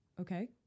Okay